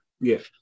Yes